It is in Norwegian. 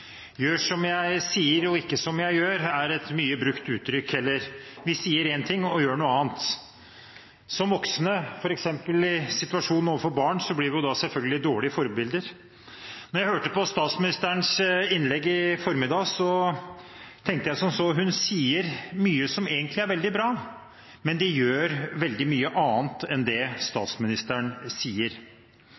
et mye brukt uttrykk. Vi sier en ting og gjør noe annet. Som voksne, f.eks. i situasjoner overfor barn, blir vi da selvfølgelig dårlige forbilder. Da jeg hørte statsministerens innlegg i formiddag, tenkte jeg som så: Hun sier mye som egentlig er veldig bra, men man gjør veldig mye annet enn det statsministeren sier.